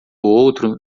outro